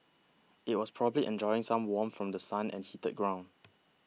it was probably enjoying some warmth from The Sun and heated ground